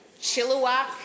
Chilliwack